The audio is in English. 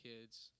kids